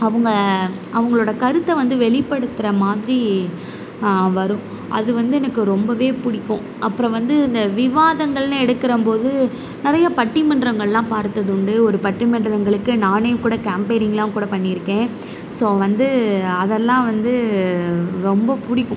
அவங்க அவங்களோட கருத்தை வந்து வெளிப்படுத்துகிற மாதிரி வரும் அது வந்து எனக்கு ரொம்பவே பிடிக்கும் அப்புறம் வந்து இந்த விவாதங்கள்னு எடுக்கிறம்போது நிறையா பட்டிமன்றங்களெலாம் பார்த்தது உண்டு ஒரு பட்டிமன்றங்களுக்கு நானே கூட கேம்பையரிங்யெலாம் கூட பண்ணியிருக்கேன் ஸோ வந்து அதெல்லாம் வந்து ரொம்ப பிடிக்கும்